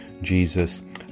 Jesus